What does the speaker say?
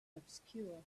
obscure